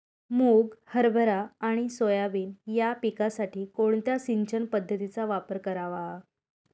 मुग, हरभरा आणि सोयाबीन या पिकासाठी कोणत्या सिंचन पद्धतीचा वापर करावा?